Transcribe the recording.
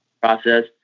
process